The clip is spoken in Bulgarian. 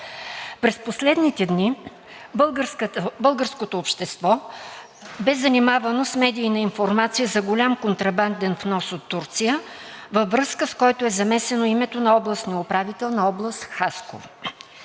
През последните дни българското общество бе занимавано с медийна информация за голям контрабанден внос от Турция, във връзка с която е замесено името на областния управител на област Хасково.